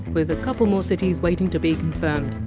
with a couple more cities waiting to be confirmed.